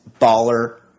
baller